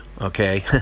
okay